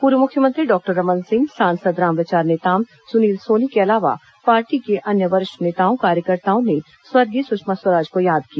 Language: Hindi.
पूर्व मुख्यमंत्री डॉक्टर रमन सिंह सांसद रामविचार नेताम सुनील सोनी के अलावा पार्टी के अन्य वरिष्ठ नेताओं कार्यकर्ताओं ने स्वर्गीय सुषमा स्वराज को याद किया